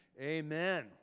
Amen